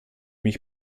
mich